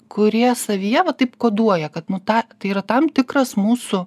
kurie savyje va taip koduoja kad nu tą tai yra tam tikras mūsų